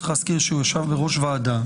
צריך להזכיר שהוא ישב בראש ועדה.